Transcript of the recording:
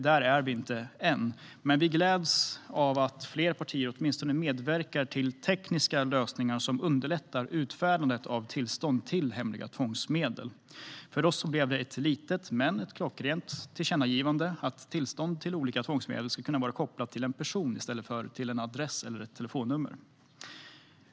Där är vi inte än, men vi gläds åt att fler partier åtminstone medverkar till tekniska lösningar som underlättar utfärdandet av tillstånd att använda hemliga tvångsmedel. För oss blev det ett litet men klockrent tillkännagivande att tillstånd till olika tvångsmedel ska kunna vara kopplade till en person i stället för till en adress eller ett telefonnummer.